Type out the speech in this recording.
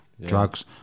drugs